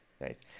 nice